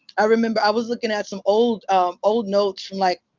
i remember i was looking at some old old notes from, like,